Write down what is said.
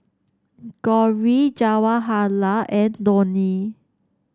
Gauri Jawaharlal and Dhoni